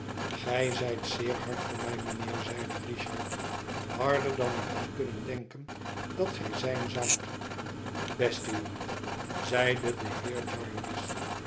gij zijt zeer hard voor mij mijnheer zeide richard harder dan ik had kunnen denken dat gij zijn zoudt beste jongen zeide de heer